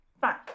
Fine